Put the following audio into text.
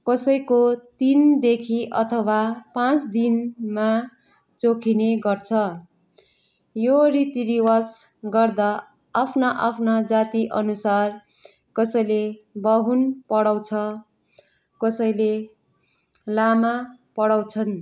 कसैको तिनदेखि अथवा पाँच दिनमा चोखिने गर्छ यो रीतिरिवाज गर्दा आफ्ना आफ्ना जातिअनुसार कसैले बाहुन पढाउँछ कसैले लामा पढाउँछन्